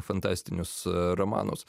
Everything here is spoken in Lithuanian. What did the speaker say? fantastinius romanus